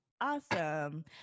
Awesome